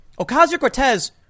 Ocasio-Cortez